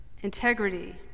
integrity